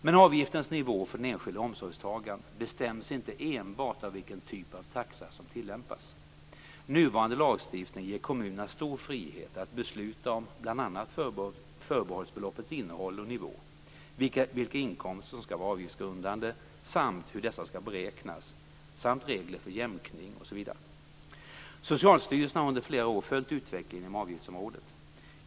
Men avgiftens nivå för den enskilde omsorgstagaren bestäms inte enbart av vilken typ av taxa som tillämpas. Nuvarande lagstiftning ger kommunerna stor frihet att besluta om bl.a. förbehållsbeloppets innehåll och nivå, vilka inkomster som skall vara avgiftsgrundande samt hur dessa skall beräknas, samt regler för jämkning osv. Socialstyrelsen har under flera år följt utvecklingen inom avgiftsområdet.